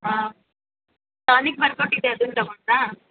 ಹಾಂ ಟಾನಿಕ್ ಬರ್ಕೊಟ್ಟಿದ್ದೆ ಅದನ್ನು ತೊಗೊಂಡ್ರಾ